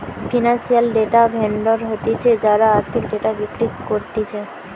financial data vendor হতিছে যারা আর্থিক ডেটা বিক্রি করতিছে